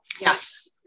Yes